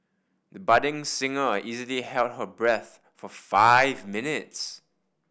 the budding singer easily held her breath for five minutes